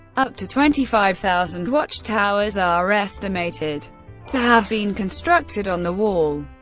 up to twenty five thousand watchtowers are estimated to have been constructed on the wall.